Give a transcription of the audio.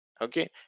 Okay